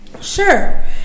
Sure